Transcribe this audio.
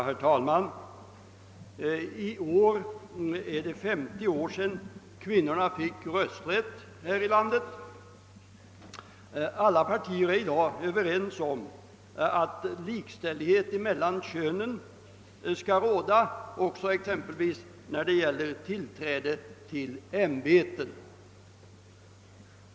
Herr talman! I år är det 50 år sedan kvinnorna fick rösträtt här i landet. Alla partier är i dag ense om att likställighet skall råda mellan könen också när det gäller exempelvis tillträde till ämbeten.